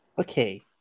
Okay